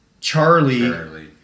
Charlie